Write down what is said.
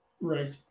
Right